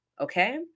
okay